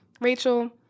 Rachel